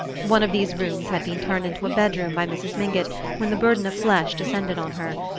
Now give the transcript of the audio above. one of these rooms had been turned into a bedroom by mrs. mingott when the burden of flesh descended on her,